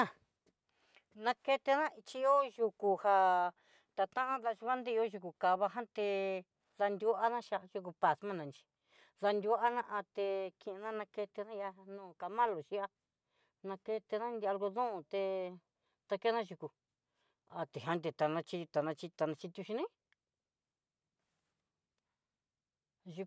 Nakena chí hó yukú já ta- tanta chí kuandiyo yuku ká'a vajanté ndaruana chian yukú paxna chi, denruana até kin ná nakena nriá nú kamalo xhi kena nri algodon té takena yukú jan ne tanachí, tenachi, tanachi tuxhini.